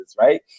right